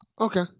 Okay